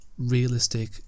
Realistic